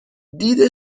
دید